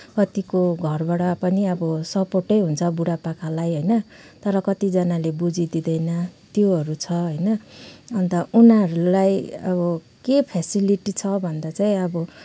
कतिको घरबाट पनि अब सपोर्टै हुन्छ बुढा पाकालाई होइन तर कतिजनाले बुझिदिँदैन त्योहरू छ होइन अन्त उनीहरूलाई अब के फेसिलिटी छ भन्दा चाहिँ अब